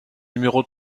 numéro